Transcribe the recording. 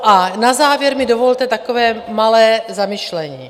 A na závěr mi dovolte takové malé zamyšlení.